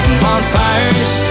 bonfires